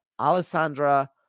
Alessandra